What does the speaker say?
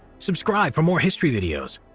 subscribe for more history videos!